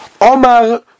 Omar